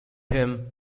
him